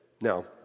Now